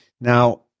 Now